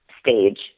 stage